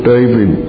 David